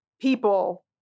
people